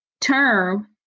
term